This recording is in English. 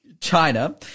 China